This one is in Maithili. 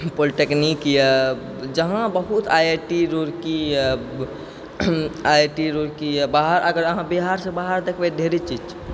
पोलटेक्निक यऽ जहाँ बहुत आइ आइ टी रूड़की यऽ आइ आइ टी रूड़की यऽ बाहर अगर अहाँ बिहारसँ बाहर देखबै तऽ ढ़ेरी चीज छै